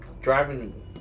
driving